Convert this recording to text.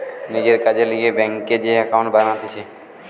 নিজের কাজের লিগে ব্যাংকে যে একাউন্ট বানাতিছে